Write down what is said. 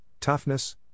toughness